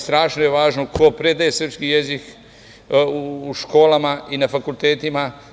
Strašno je važno ko predaje srpski jezik u školama i na fakultetima.